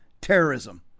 terrorism